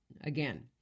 again